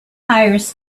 hires